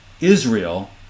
Israel